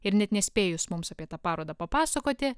ir net nespėjus mums apie tą parodą papasakoti